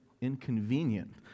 inconvenient